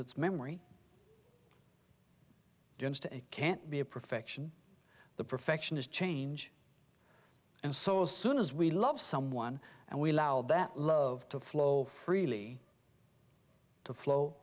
it's memory just can't be a perfection the perfection is change and so as soon as we love someone and we allow that love to flow freely to flow